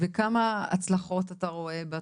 וכמה הצלחות אתה רואה בתחום?